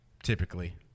typically